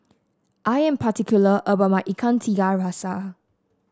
I am particular about my Ikan Tiga Rasa